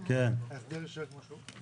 ההיתר נשאר כמו שהוא?